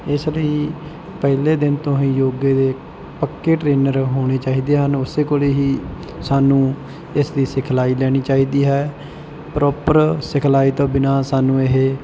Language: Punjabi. ਇਸ ਲਈ ਪਹਿਲੇ ਦਿਨ ਤੋਂ ਹੀ ਯੋਗੇ ਦੇ ਪੱਕੇ ਟ੍ਰੈਨਰ ਹੋਣੇ ਚਾਹੀਦੇ ਹਨ ਉਸ ਕੋਲ ਹੀ ਸਾਨੁੂੰ ਇਸਦੀ ਸਿਖਲਾਈ ਲੈਣੀ ਚਾਹੀਦੀ ਹੈ ਪ੍ਰੋਪਰ ਸਿਖਲਾਈ ਤੋਂ ਬਿਨਾਂ ਸਾਨੂੰ ਇਹ